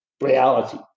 reality